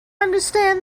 understand